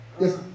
Yes